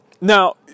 Now